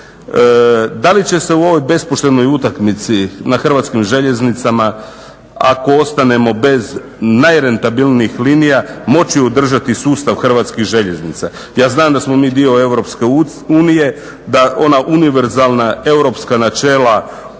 Da li će se u ovoj bespoštednoj utakmici na Hrvatskim željeznicama ako ostanemo bez najrentabilnijih linija moći održati sustav Hrvatskih željeznica. Ja znam da smo mi dio Europske unije, da ona univerzalna europska načela od